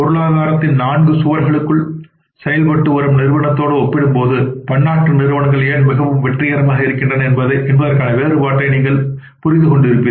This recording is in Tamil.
பொருளாதாரத்தின் நான்கு சுவர்களில் செயல்படும் நிறுவனத்துடன் ஒப்பிடும்போது பன்னாட்டு நிறுவனங்கள் ஏன் மிகவும் வெற்றிகரமாக இருக்கின்றன என்பதற்கான வேறுபாட்டை நீங்கள் புரிந்து கொண்டிருப்பீர்கள்